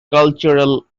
cultural